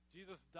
Jesus